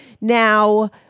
Now